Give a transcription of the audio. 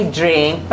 drink